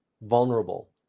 vulnerable